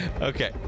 Okay